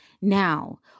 Now